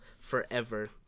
forever